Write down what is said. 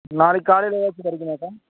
நாளைக்கு காலையிலயாச்சும் கிடைக்குமாக்கா